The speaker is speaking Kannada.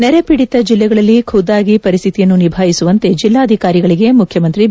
ನೆರೆಪೀಡಿತ ಜಿಲ್ಲೆಗಳಲ್ಲಿ ಖುದ್ದಾಗಿ ಪರಿಸ್ಥಿತಿಯನ್ನು ನಿಭಾಯಿಸುವಂತೆ ಜಿಲ್ಲಾಧಿಕಾರಿಗಳಿಗೆ ಮುಖ್ಯಮಂತ್ರಿ ಬಿ